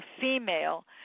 female